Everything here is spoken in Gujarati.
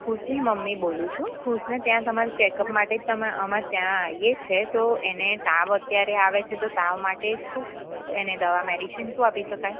ખુશની મમ્મી બોલું છું ખુશને ત્યાં તમાર ચેકઅપ માટે ત્યાં અમે ત્યાં આવીએ છીએ તો એને તાવ અત્યારે આવે છે તો તાવ માટે શું એને દવા મેડિસિન શું આપી શકાય